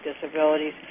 disabilities